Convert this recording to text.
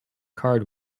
card